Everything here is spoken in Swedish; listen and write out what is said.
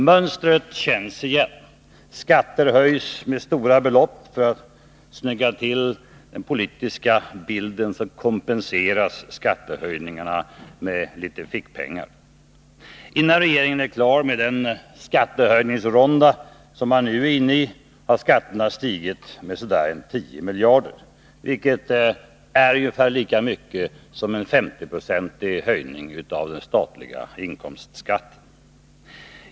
Mönstret känns igen: Skatter höjs med stora belopp; för att snygga till den politiska bilden kompenseras skattehöjningarna med litet fickpengar. Innan regeringen är klar med den skattehöjningsrunda som man nu är inne i har skatterna stigit med så där 10 miljarder kronor, vilket är ungefär lika mycket som en 50-procentig höjning av den statliga inkomstskatten.